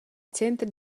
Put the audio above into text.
center